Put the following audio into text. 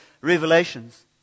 revelations